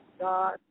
God